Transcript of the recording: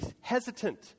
hesitant